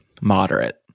moderate